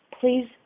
please